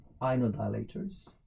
inodilators